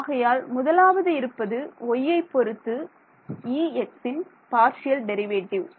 ஆகையால் முதலாவது இருப்பது y ஐ பொறுத்து Ex ன் பார்ஷியல் டெரிவேட்டிவ்